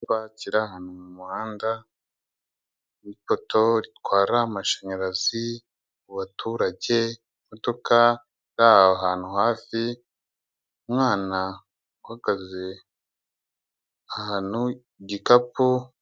Ahantu mu muhanda hari ipoto ritwara amashanyarazi kubaturage, imodoka ahantu hafi umwana wakazi ahantu igikapu.